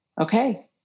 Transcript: Okay